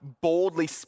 boldly